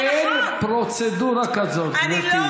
אין פרוצדורה כזאת, גברתי.